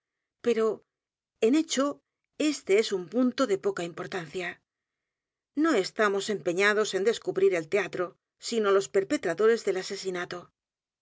pero en hecho este es un punto de poca importancia no estamos empeñados en descubrir el teatro sino los perpet r a